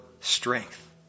strength